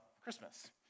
Christmas